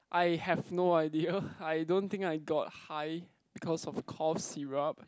I have no idea I don't think I got high because of cough syrup